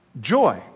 joy